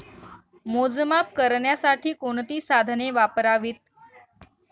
मोजमाप करण्यासाठी कोणती साधने वापरावीत?